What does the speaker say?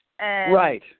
Right